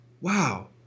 Wow